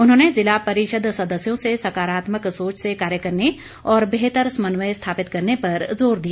उन्होंने जिला परिषद सदस्यों से सकारात्मक सोच से कार्य करने और बेहतर समन्वय स्थापित करने पर जोर दिया